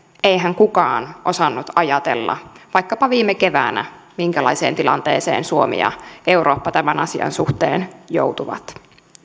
eihän kukaan osannut ajatella vaikkapa viime keväänä minkälaiseen tilanteeseen suomi ja eurooppa tämän asian suhteen joutuvat